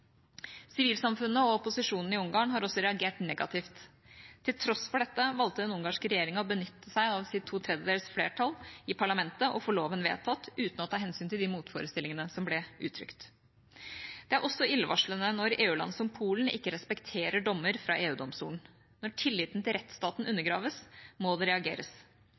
Sivilsamfunnet og opposisjonen i Ungarn har også reagert negativt. Til tross for dette valgte den ungarske regjeringa å benytte seg av sitt to tredjedels flertall i parlamentet for å få loven vedtatt, uten å ta hensyn til de motforestillingene som ble uttrykt. Det er også illevarslende når EU-land, som Polen, ikke respekterer dommer fra EU-domstolen. Når tilliten til rettsstaten undergraves, må det reageres.